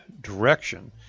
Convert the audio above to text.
direction